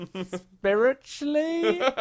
spiritually